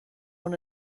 born